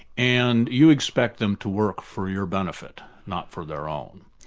and you expect them to work for your benefit, not for their own.